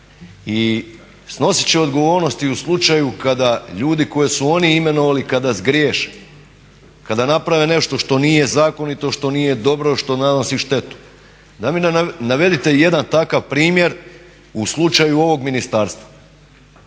I snosit će odgovornost i u slučaju kada ljudi koje su oni imenovali kada zgriješe, kada naprave nešto što nije zakonito, što nije dobro, što nanosi štetu. Daj mi navedite jedan takav primjer u slučaju ovog ministarstva.